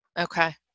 Okay